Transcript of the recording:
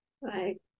Right